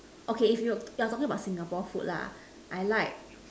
okay if you talking about Singapore food I like